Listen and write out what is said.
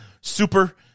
super